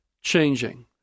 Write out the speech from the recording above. changing